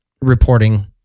reporting